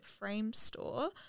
Framestore